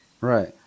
Right